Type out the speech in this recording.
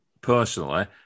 personally